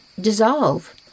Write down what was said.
dissolve